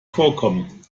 vorkommen